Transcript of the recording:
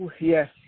Yes